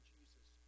Jesus